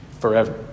forever